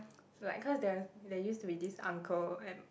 like cause there's there used to be this uncle and